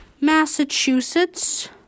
Massachusetts